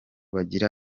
wagira